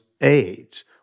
aids